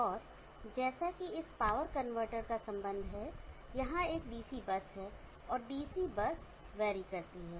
और जैसा कि इस पावर कन्वर्टर का संबंध है कि यहां एक डीसी बस है और डीसी बस वेरी करती है